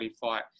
fight